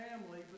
family